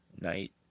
Night